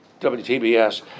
WTBS